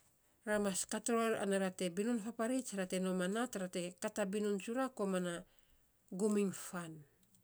Ra mas kat ror, ana ra te binun fapareits ra te ra mas kat ror, nom a nat ra te kat a binun tsura koman na gum in fan